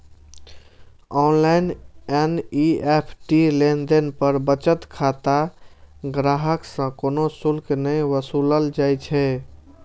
online NEFT लेनदेन पर बचत खाता ग्राहक सं कोनो शुल्क नै वसूलल जाइ छै